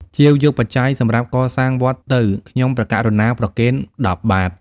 ជាវយកបច្ច័យសម្រាប់កសាងវត្តទៅ ខ្ញុំព្រះករុណាប្រគេន ១០ បាទ"។